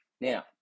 Now